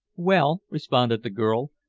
well, responded the girl,